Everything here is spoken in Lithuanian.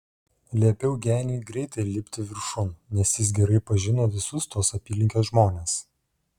liepiau geniui greit lipti viršun nes jis gerai pažino visus tos apylinkės žmones